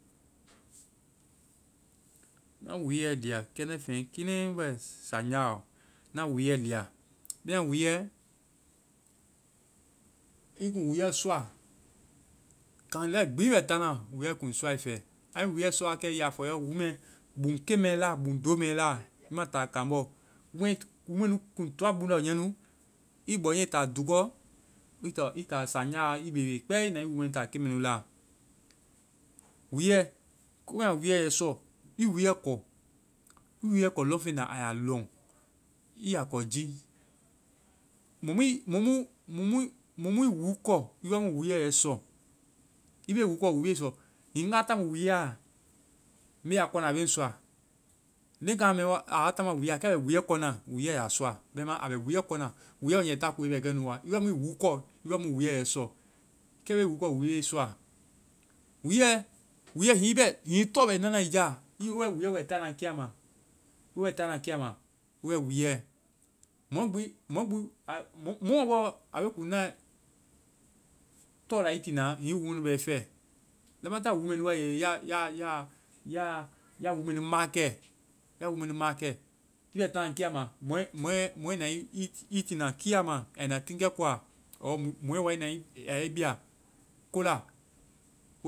Ŋna wúuɛ lia. Kɛndɛfeŋ mu kiinɛi bɛ sanjaɔ. Ŋna wúuɛ lia bɛmãa wúuɛ, i kuŋ wúuɛ sɔa. Kaŋ lɛi gbi i bɛ taana, wúuɛ sɔa i fɛ. I wúuɛ sɔ wa kɛ, i ya fɔ i yɔ, buŋ keŋ mɛ la door mɛ la. I ma taa kaŋbɔ. Wúu mɛ nu kuŋ toa buŋndɔ hɛŋmɛ nu. I bɔ niiɛ i taa dúukɔ. I taa saŋjaɔ. I bebe kpɛɛ i na i wúu mɛ nu taa keŋ mɛ nu la. Wúuɛ, ko mui ma wúuɛ yɛ i sɔ, i wúuɛ kɔ. I wúuɛ kɔ lɔŋfeŋ laa ya lɔŋ. i ya kɔ jii. Mɔ mui-mɔ mu, mɔ mu, mɔ mu, mɔ mui wúu kɔ, i wa mu wúuɛ yɛ i sɔ. I be wuu kɔ, wuu be i sɔ. Hiŋi nga wa tamu wúuɛ ya, me a kɔna, a be ŋ sɔa. Leŋkaima mɛ wa, a wa taama wuuɛ ya, kɛ a bɛ wúuɛ kɔna, wúuɛ ya sɔa. Bɛma a bɛ wúuɛ kɔna. Wúuɛ nge ta koe bɛ kɛnu wa. I wa mu i wuu kɔ, i wa mu wúuɛ yɛ i sɔ. Kɛ, i be wúu kɔ, wúu be i sɔa. Wúuɛ! Wúuɛ, hiŋi i bɛ-hiŋi tɔ bɛ na na i jaa, wo bɛ wúuɛ bɛ ta na kia ma, wo bɛ ta na kia ma. Wo bɛ wúuɛ, mɔ gbi-mɔ gbi, mɔomɔ bɔ a be kuŋ na tɔ la i tiina hiŋi wúu mɛ nu bɛ i fɛ. Lamataŋ ya wúu mɛ nu ma kɛ, ya wúu mɛ nu ma kɛ, i bɛ ta na kia ma, mɔɛ- mɔɛ na i tiina kia ma, ai na tiŋkɛ koa, mɔɛ wa a yɛ i bia ko la,